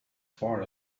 far